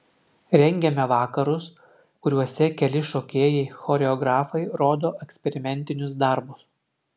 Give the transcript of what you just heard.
rengiame vakarus kuriuose keli šokėjai choreografai rodo eksperimentinius darbus